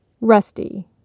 Rusty